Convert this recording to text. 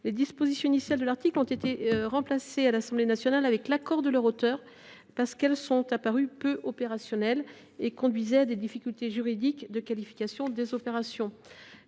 les dispositions initiales de l’article ont été remplacées à l’Assemblée nationale, avec l’accord de leur auteur, M. Valletoux, parce qu’elles sont apparues peu opérationnelles et conduisaient à des difficultés juridiques de qualification des opérations.